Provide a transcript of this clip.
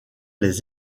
les